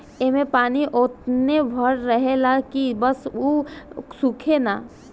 ऐमे पानी ओतने भर रहेला की बस उ सूखे ना